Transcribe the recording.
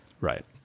Right